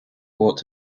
thought